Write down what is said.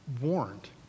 warned